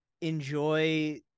enjoy